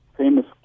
famous